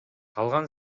калган